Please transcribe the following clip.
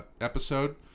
episode